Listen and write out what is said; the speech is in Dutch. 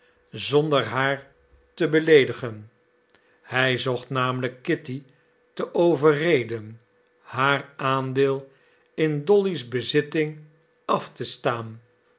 zonder haar te beleedigen hij zocht namelijk kitty te overreden haar aandeel in dolly's bezitting af te staan